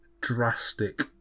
drastic